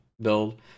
build